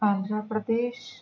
Andhra Pradesh